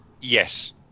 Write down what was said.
Yes